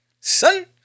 Son